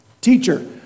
Teacher